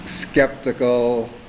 skeptical